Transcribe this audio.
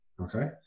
okay